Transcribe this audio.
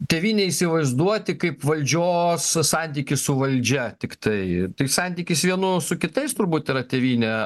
tėvynėj įsivaizduoti kaip valdžios santykis su valdžia tiktai taigi santykis vienų su kitais turbūt yra tėvynė